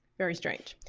very strange.